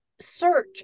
search